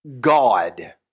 God